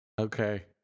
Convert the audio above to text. Okay